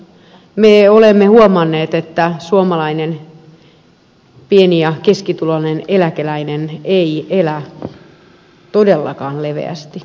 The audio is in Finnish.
me olemme huomanneet että suomalainen pieni ja keskituloinen eläkeläinen ei elä todellakaan leveästi